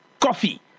coffee